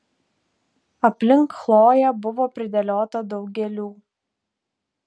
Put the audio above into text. aplink chloję buvo pridėliota daug gėlių